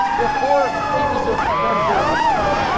we have four agencies of accountability in my mind.